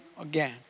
again